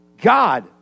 God